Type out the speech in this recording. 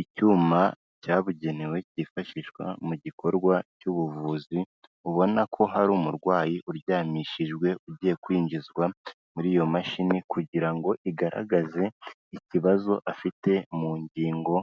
Icyuma cyabugenewe cyifashishwa mu gikorwa cy'ubuvuzi, ubona ko hari umurwayi uryamishijwe ugiye kwinjizwa muri iyo mashini kugira ngo igaragaze ikibazo afite mu ngingo